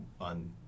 on